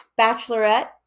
bachelorette